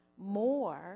more